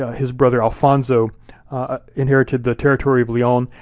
ah his brother alfonso inherited the territory of leon,